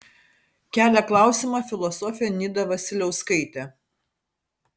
kelia klausimą filosofė nida vasiliauskaitė